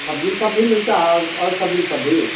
सब्ज़ी सब भी मिलता है और और सब्ज़ी सब भी